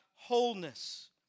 Wholeness